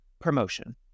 Promotion